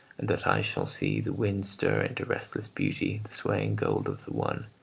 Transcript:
and that i shall see the wind stir into restless beauty the swaying gold of the one,